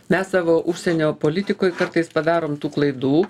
mes savo užsienio politikoj kartais padarom klaidų